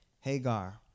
Hagar